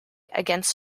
against